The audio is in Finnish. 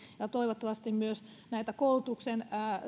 toivottavasti näitä koulutuksen